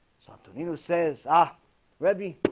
something you know says ah rebbe